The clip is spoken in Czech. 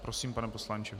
Prosím, pane poslanče.